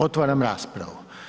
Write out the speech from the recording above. Otvaram raspravu.